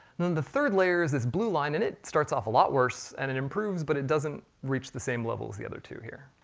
then the third layer is this blue line, and it starts off a lot worse, and it improves, but it doesn't reach the same level as the other two here,